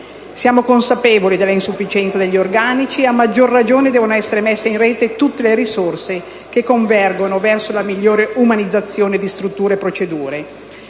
Siamo consapevoli della insufficienza degli organici, e a maggior ragione devono essere messe in rete tutte le risorse che convergono verso la migliore umanizzazione di strutture e procedure.